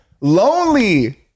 Lonely